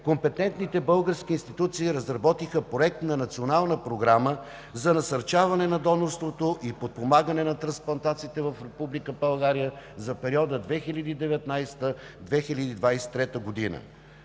компетентните български институции разработиха Проект на национална програма за насърчаване на донорството и подпомагане на трансплантациите в Република България за периода 2019 – 2023 г.